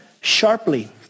sharply